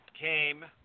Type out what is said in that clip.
came